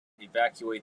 evacuate